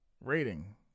rating